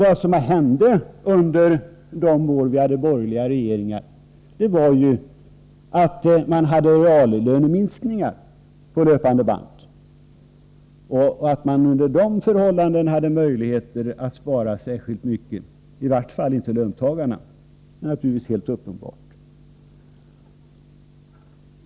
Vad hände under de år då vi hade borgerliga regeringar? Jo, då var det reallöneminskningar på löpande band. Att i varje fall inte löntagarna under sådana förhållanden hade möjlighet att spara särskilt mycket är naturligtvis helt uppenbart.